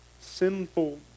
sinful